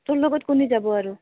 তোৰ লগত কোনে যাব আৰু